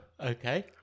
Okay